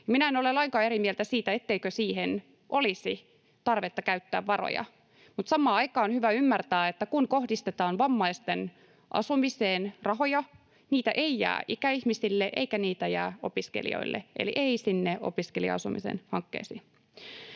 Minä en ole lainkaan eri mieltä siitä, etteikö siihen olisi tarvetta käyttää varoja, mutta samaan aikaan on hyvä ymmärtää, että kun kohdistetaan vammaisten asumiseen rahoja, niitä ei jää ikäihmisille eikä niitä jää opiskelijoille, eli ei sinne opiskelija-asumisen hankkeisiin.